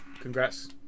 congrats